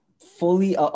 fully